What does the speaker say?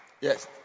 Yes